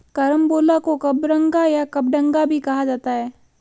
carambola को कबरंगा या कबडंगा भी कहा जाता है